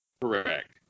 Correct